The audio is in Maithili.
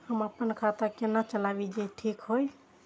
हम अपन खाता केना चलाबी जे ठीक होय?